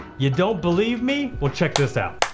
you don't believe me? we'll check this out.